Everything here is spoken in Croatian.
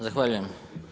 Zahvaljujem.